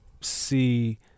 see